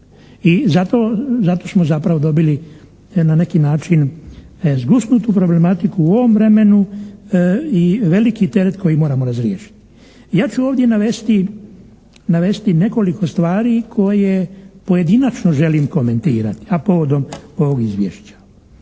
zato smo zapravo dobili na neki način zgusnutu problematiku u ovom vremenu i veliki teret koji moramo razriješiti. Ja ću ovdje navesti, navesti nekoliko stvari koje pojedinačno želim komentirati, a povodom ovog izvješća.